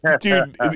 dude